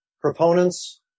proponents